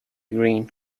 green